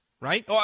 Right